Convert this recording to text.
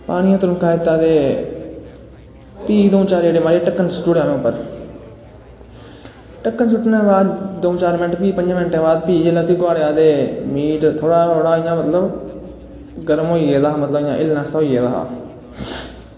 पानियांम दा तरौंका दित्ता ते दऊं चार रेड़े दिच्चे दे ढक्कन सुट्टी ओड़ेआ उप्पर ढक्कन सुट्टनै दै बाद दुआ चार मैंट फ्ही जिसलै उसी गोहाड़ेआ ते मीट थोह्ड़ा थोह्ड़ा मतलव कि गर्म होई दा हा मतलव हिल्लनै आस्तै होई जा हा